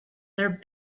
their